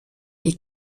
est